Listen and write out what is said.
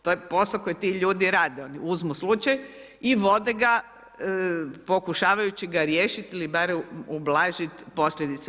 To je posao koji ti ljudi rade, oni uzmu slučaj i vode ga, pokušavajući ga riješiti ili barem ublažiti posljedice.